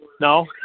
no